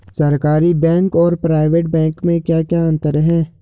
सरकारी बैंक और private bank में क्या क्या अंतर हैं?